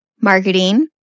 marketing